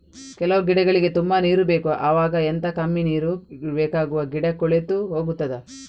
ಕೆಲವು ಗಿಡಗಳಿಗೆ ತುಂಬಾ ನೀರು ಬೇಕು ಅವಾಗ ಎಂತ, ಕಮ್ಮಿ ನೀರು ಬೇಕಾಗುವ ಗಿಡ ಕೊಳೆತು ಹೋಗುತ್ತದಾ?